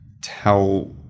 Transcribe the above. tell